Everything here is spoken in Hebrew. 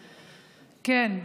כן,